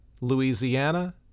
Louisiana